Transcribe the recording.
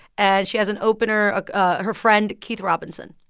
and she has an opener, ah her friend, keith robinson.